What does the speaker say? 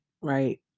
right